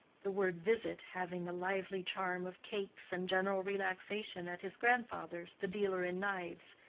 the word visit having the lively charm of cakes and general relaxation at his grandfather's, the dealer in knives.